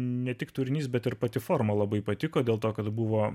ne tik turinys bet ir pati forma labai patiko dėl to kad buvo